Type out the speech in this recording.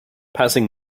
passing